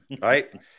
Right